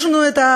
יש לנו זקנים